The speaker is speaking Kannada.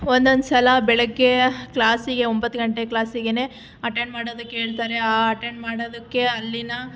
ಒಂದೊಂದು ಸಲ ಬೆಳಗ್ಗೆ ಕ್ಲಾಸಿಗೆ ಒಂಬತ್ತು ಗಂಟೆ ಕ್ಲಾಸಿಗೇನೆ ಅಟೆಂಡ್ ಮಾಡೋದಕ್ಕೆ ಹೇಳ್ತಾರೆ ಅಟೆಂಡ್ ಮಾಡೋದಕ್ಕೆ ಅಲ್ಲಿನ